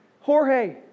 Jorge